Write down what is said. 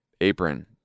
apron